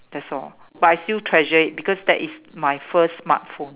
that's all but I still treasure it because that is my first smartphone